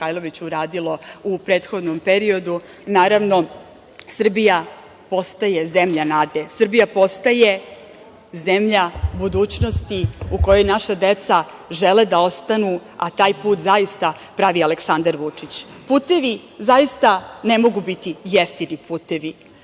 Mihajlović, uradilo u prethodnom periodu. Naravno, Srbija postaje zemlja nade. Srbija postaje zemlja budućnosti, u kojoj naša deca žele da ostanu, a taj put zaista pravi Aleksandar Vučić. Putevi zaista ne mogu biti jeftini putevi.